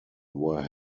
were